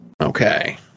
Okay